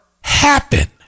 happen